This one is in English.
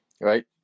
right